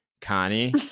Connie